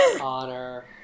Honor